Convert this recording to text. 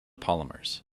polymers